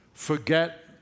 Forget